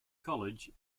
college